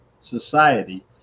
society